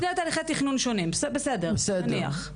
שני תהליכי תכנון שונים, בסדר, נניח.